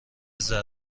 ذره